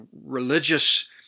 religious